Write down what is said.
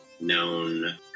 known